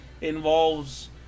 involves